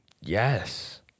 Yes